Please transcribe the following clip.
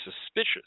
suspicious